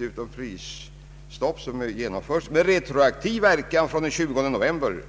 ett prisstopp skall genomföras med retroaktiv verkan från den 20 november.